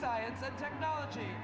science and technology